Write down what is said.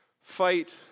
fight